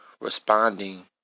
responding